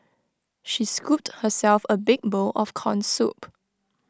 she scooped herself A big bowl of Corn Soup